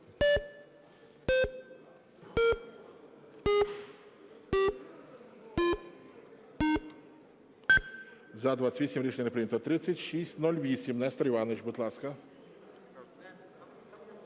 За-25 Рішення не прийнято. 3620. Нестор Іванович, будь ласка.